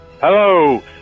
Hello